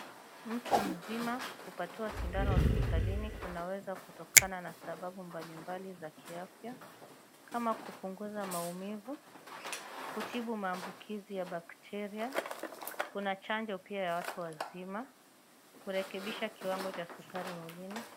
Mtu mzima kupatiwa sindano hospitalini kunaweza kutokana na sababu mbalimbali za kiavya kama kupunguza maumivu, kutibu maambukizi ya bacteria (cs),kuna chanjo pia ya watu wazima ,kurekebisha kiwango cha sukari mwilini.